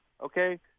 Okay